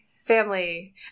family